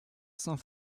saint